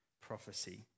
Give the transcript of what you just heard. prophecy